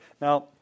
Now